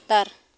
ᱞᱟᱛᱟᱨ